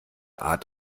art